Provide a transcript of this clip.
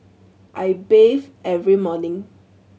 I bathe every morning